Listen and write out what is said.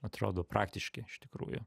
atrodo praktiški iš tikrųjų